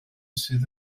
sydd